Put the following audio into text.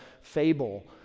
fable